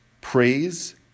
Praise